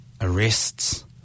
arrests